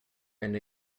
and